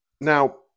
Now